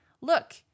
Look